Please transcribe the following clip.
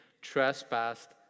trespassed